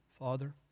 Father